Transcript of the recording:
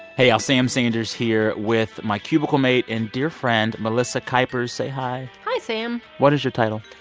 hey, y'all. sam sanders here with my cubicle mate and dear friend melissa kuypers. say hi hi, sam what is your title?